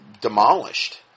demolished